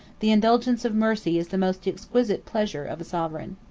the indulgence of mercy is the most exquisite pleasure, of a sovereign.